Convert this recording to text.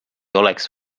oleks